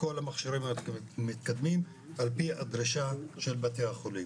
כל המכשירים המתקדמים על פי הדרישה של בתי החולים,